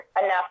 enough